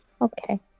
okay